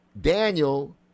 Daniel